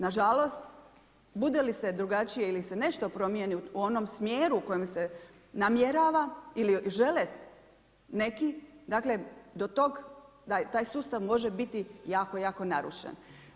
Nažalost, bude li se drugačije ili se nešto promijeni u onom smjeru u kojem se namjerava ili žele neki dakle da taj sustav može biti jako, jako narušen.